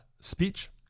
Speech